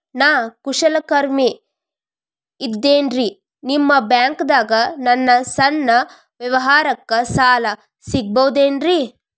ನಾ ಕುಶಲಕರ್ಮಿ ಇದ್ದೇನ್ರಿ ನಿಮ್ಮ ಬ್ಯಾಂಕ್ ದಾಗ ನನ್ನ ಸಣ್ಣ ವ್ಯವಹಾರಕ್ಕ ಸಾಲ ಸಿಗಬಹುದೇನ್ರಿ?